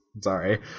Sorry